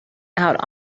out